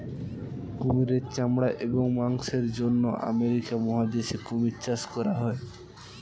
কুমিরের চামড়া এবং মাংসের জন্য আমেরিকা মহাদেশে কুমির চাষ করা হয়